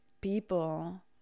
people